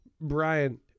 Brian